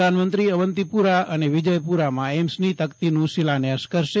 પ્રધાનમંત્રી અવંતીપુરા અને વિજયપુરમાં એઈમ્સની તકતીનું શિલાન્યાસ કરશે